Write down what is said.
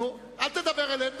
נו, אל תדבר אליהם.